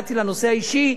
ירדתי לנושא האישי.